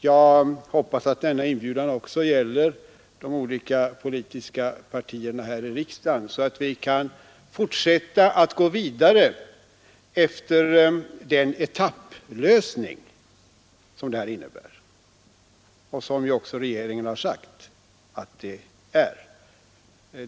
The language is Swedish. Jag hoppas att denna inbjudan också gäller de olika politiska partierna här i riksdagen, så att vi kan fortsätta att gå vidare efter den etapplösning som detta innebär och som också regeringen har sagt att det är.